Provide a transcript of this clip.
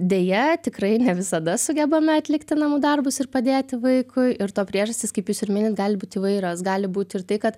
deja tikrai ne visada sugebame atlikti namų darbus ir padėti vaikui ir to priežastys kaip jūs ir minit gali būt įvairios gali būt ir tai kad